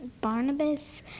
Barnabas